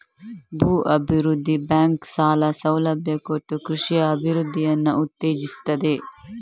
ಭೂ ಅಭಿವೃದ್ಧಿ ಬ್ಯಾಂಕು ಸಾಲ ಸೌಲಭ್ಯ ಕೊಟ್ಟು ಕೃಷಿಯ ಅಭಿವೃದ್ಧಿಯನ್ನ ಉತ್ತೇಜಿಸ್ತದೆ